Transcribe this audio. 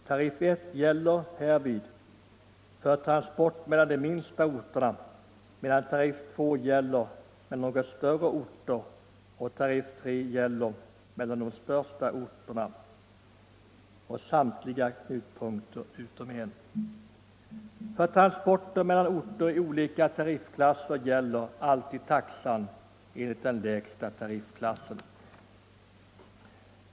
Tariff 1 gäller sålunda för transport mellan de minsta orterna, tariff 2 mellan något större orter och tariff 3 för trafik mellan de största orterna, samtliga utom en knutpunkter. För transporter mellan orter i olika tariffklasser gäller alltid taxan enligt den lägsta tariffklassen.